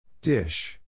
Dish